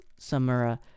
Samura